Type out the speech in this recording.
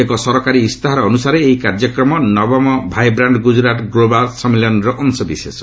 ଏକ ସରକାରୀ ଇସ୍ତାହାର ଅନୁସାରେ ଏହି କାର୍ଯ୍ୟକ୍ରମ ନବମ ଭାଏବ୍ରାଷ୍ଟ୍ ଗୁଜରାଟ ଗ୍ଲୋବାଲ୍ ସମ୍ମିଳନୀର ଅଂଶବିଶେଷ